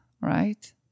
right